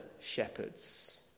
shepherds